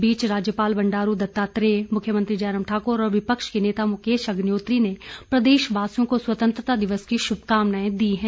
इस बीच राज्यपाल बंडारू दत्तात्रेय मुख्यमंत्री जयराम ठाकुर और विपक्ष के नेता मुकेश अग्निहोत्री ने प्रदेश वासियों को स्वतंत्रता दिवस की शुभकामनाएं दी हैं